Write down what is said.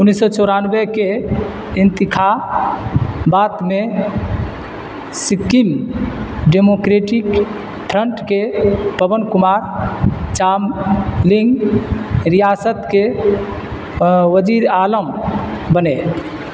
انیس سو چورانوے کے انتخابات میں سکم ڈیموکریٹک فرنٹ کے پون کمار چاملنگ ریاست کے وزیر عالم بنے